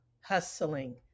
hustling